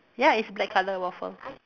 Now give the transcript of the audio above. ya it's black colour waffle